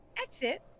exit